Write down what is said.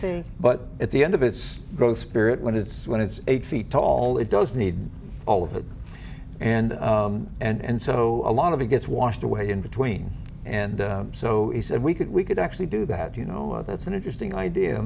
think but at the end of its growth spirit when it's when it's eight feet tall it doesn't need all of it and and so a lot of it gets washed away in between and so he said we could we could actually do that you know that's an interesting idea